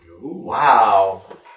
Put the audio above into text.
Wow